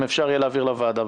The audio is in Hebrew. אם אפשר להעביר לוועדה,